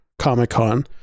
Comic-Con